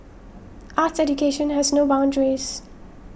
arts education has no boundaries